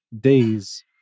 days